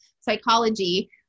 psychology